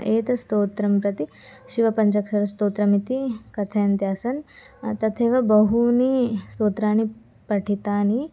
एतत् स्तोत्रं प्रति शिवपञ्चाक्षरस्तोत्रमिति कथयन्त्यासन् तथैव बहूनि स्तोत्राणि पठितानि